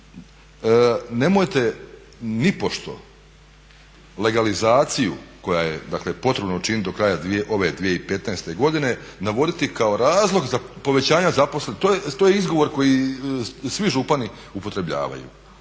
nemojte nipošto legalizaciju koja je dakle, potrebno učiniti do kraja ove 2015. godine navoditi kao razlog za povećanje zaposlenosti. To je izgovor koji svi župani upotrebljavaju.